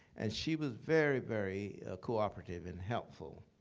and she was very, very cooperative and helpful.